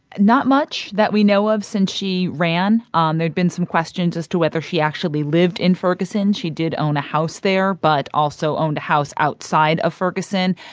not much that we know of since she ran. um there'd been some questions as to whether she actually lived in ferguson. she did own a house there but also owned a house outside of ferguson.